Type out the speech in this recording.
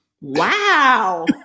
Wow